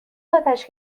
آتش